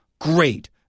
great